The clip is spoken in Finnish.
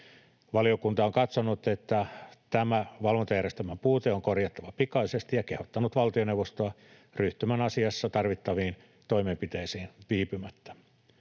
Valiokunta on katsonut, että tämä valvontajärjestelmän puute on korjattava pikaisesti, ja kehottanut valtioneuvostoa ryhtymään asiassa tarvittaviin toimenpiteisiin viipymättä.